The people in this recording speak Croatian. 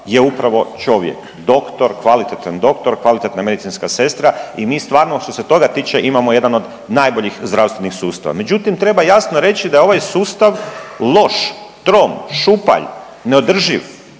je upravo čovjek, doktor, kvalitetan doktor, kvalitetna medicinska sestra i mi stvarno što se toga tiče imamo jedan od najboljih zdravstvenih sustava. Međutim, treba jasno reći da je ovaj sustav loš, trom, šupalj, neodrživ.